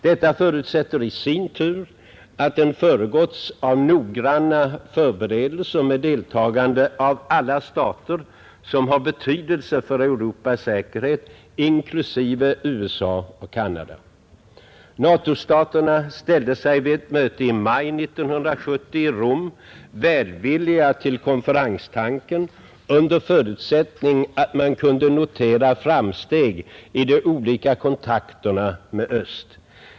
Detta förutsätter i sin tur att den föregåtts av noggranna förberedelser med deltagande av alla stater, som har betydelse för Europas säkerhet, inklusive USA och Canada. NATO-staterna ställde sig vid ett möte i maj 1970 i Rom välvilliga till konferenstanken, under förutsättning att man kunde notera framsteg i de olika kontakterna med öst.